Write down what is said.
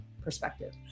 perspective